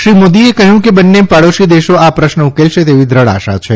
શ્રી મોદીએ કહ્યું કે બંને પડોશી દેશો આ પ્રશ્ન ઉકલશે તેવી દ્રઢ આશા છે